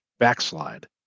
Backslide